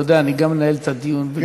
אתה יודע, אני גם מנהל את הדיון, כן.